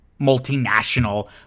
multinational